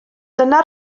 dyna